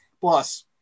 plus